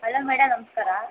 hello madam ನಮಸ್ಕಾರ